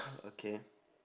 okay